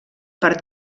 per